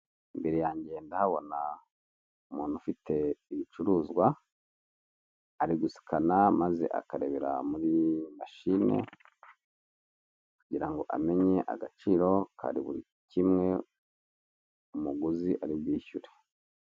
Imbere yanjye ndahabona umuntu ufite ibicuruzwa ari gusikana maze akarebera muri mashishine, kugira ngo amenye agaciro kari buri kimwe umuguzi ari bwishyure.